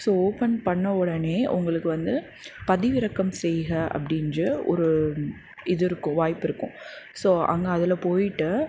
so open பண்ண உடனே உங்களுக்கு வந்து பதிவிறக்கம் செய்க அப்படின்று ஒரு இது இருக்கும் வாய்ப்பிருக்கும் ஸோ அங்கே அதில் போய்விட்டு